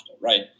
right